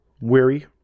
weary